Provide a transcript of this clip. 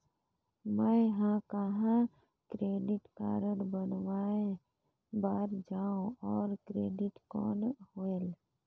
मैं ह कहाँ क्रेडिट कारड बनवाय बार जाओ? और क्रेडिट कौन होएल??